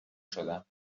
شدم